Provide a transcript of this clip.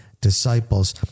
disciples